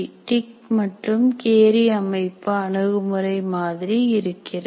tick மற்றும் Carey அமைப்பு அணுகுமுறை மாதிரி இருக்கிறது